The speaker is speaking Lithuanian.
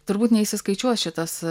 turbūt neįskaičiuos šitas